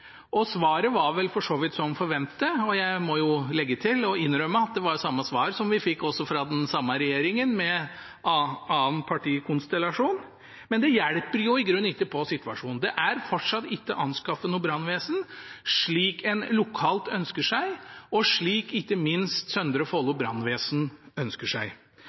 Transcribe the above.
var samme svar som vi også fikk fra regjeringen med annen partikonstellasjon. Men det hjelper i grunnen ikke på situasjonen. Det er fortsatt ikke anskaffet noen brannbil, slik en lokalt – og ikke minst Søndre Follo brannvesen – ønsker seg.